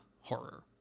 horror